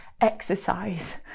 exercise